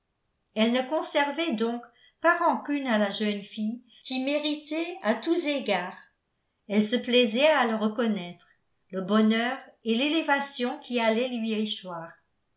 elle ne conservait donc pas rancune à la jeune fille qui méritait à tous égards elle se plaisait à le reconnaître le bonheur et l'élévation qui allaient lui échoir